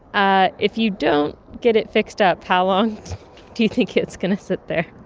ah if you don't get it fixed up, how long do you think it's going to sit there?